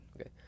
Okay